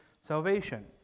salvation